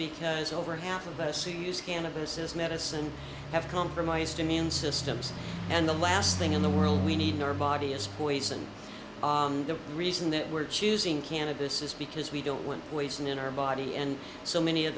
because over half of a c use cannabis is medicine have compromised immune systems and the last thing in the world we need in our body is poison the reason that we're choosing cannabis is because we don't want poison in our body and so many of